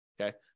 okay